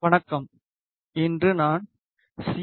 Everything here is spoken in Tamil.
வணக்கம் இன்று நான் சி